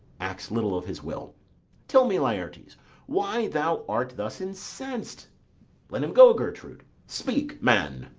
acts little of his will tell me, laertes, why thou art thus incens'd let him go, gertrude speak, man.